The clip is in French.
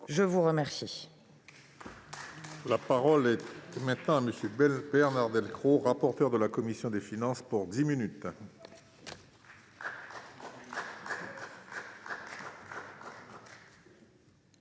je vous remercie